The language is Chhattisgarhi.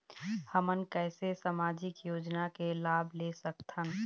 हमन कैसे सामाजिक योजना के लाभ ले सकथन?